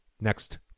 Next